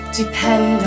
depend